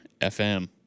FM